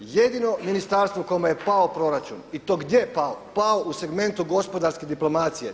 Jedino ministarstvo kojem je pao proračun i to gdje je pao, pao je u segmentu gospodarske diplomacije.